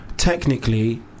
Technically